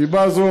מסיבה זו,